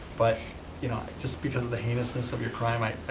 but you know just because of the heinousness of your crime i